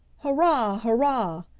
hurrah! hurrah!